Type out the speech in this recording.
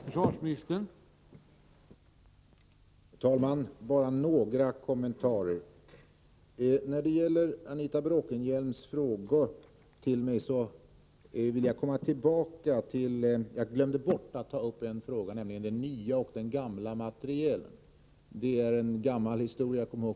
Herr talman! Bara några kommentarer! I min tidigare replik glömde jag att ta upp en av de frågor som Anita Bråkenhielm berörde, nämligen frågan om gammal och ny materiel. Detta är en gammal fråga.